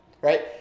Right